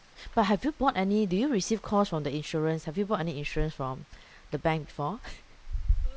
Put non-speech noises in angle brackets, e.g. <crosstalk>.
but have you bought any do you receive calls from the insurance have you bought any insurance from the bank before <noise>